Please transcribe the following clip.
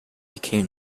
became